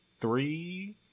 three